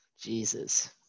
jesus